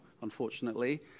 unfortunately